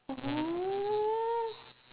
oh